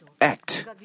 act